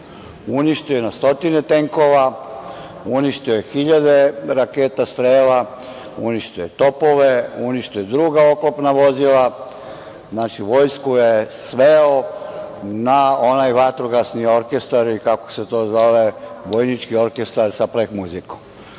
Uništio je na stotine tenkova. Uništio je hiljade raketa „strela“, uništio je topove, uništio je druga oklopna vozila. Znači, vojsku je sveo na onaj vatrogasni orekestar ili, kako se to zove, vojnički orekstar za pleh muzikom.